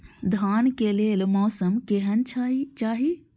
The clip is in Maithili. धान के लेल मौसम केहन चाहि?